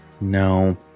No